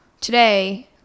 today